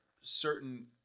certain